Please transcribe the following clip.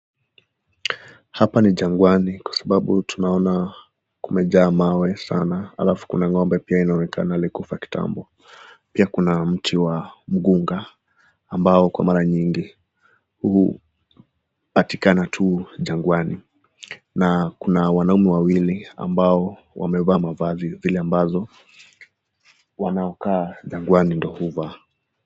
Hapa ni jangwani kwa sababu tunaona kumejaa mawe sana, halafu kuna ng'ombe inaonekana alikufa kitambo. Pia kuna mti wa mkunga ambao kwa mara mingi hupatikana tu jangwani na kuna wanaume wawili ambao wamevaa mavazi zile ambazo wanakaa jangwani ndio huvaa.